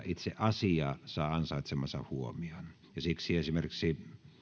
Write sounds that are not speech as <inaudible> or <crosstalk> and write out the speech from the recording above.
<unintelligible> itse asia saa ansaitsemansa huomion siksi esimerkiksi